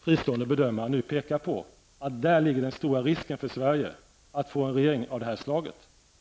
fristående bedömare nu pekar på. De stora riskerna för Sverige är att vi får en regering av det här slaget.